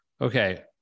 Okay